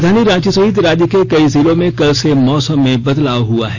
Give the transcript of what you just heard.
राजधानी रांची सहित राज्य के कई जिलों में कल से मौसम में बदलाव हआ है